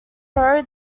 pro